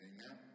Amen